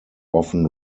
often